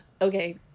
okay